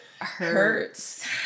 Hurts